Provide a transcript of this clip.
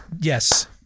Yes